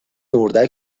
اردک